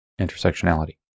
intersectionality